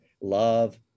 love